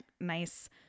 nice